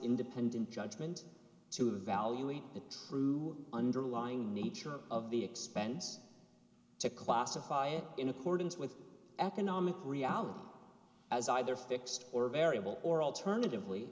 independent judgment to evaluate the true underlying nature of the expense to classify it in accordance with economic reality as either fixed or variable or alternatively